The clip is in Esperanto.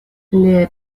liaj